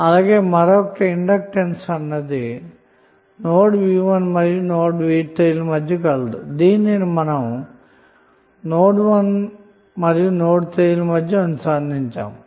అలాగే node v1 మరియు node v3 ల మధ్య మరొక ఇండక్టర్ కలదు దీనిని మనం నోడ్ 1 మరియు నోడ్ 3 ల మధ్య అనుసంధానించాము